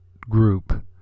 group